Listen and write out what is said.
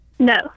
No